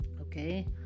okay